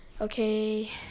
okay